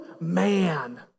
man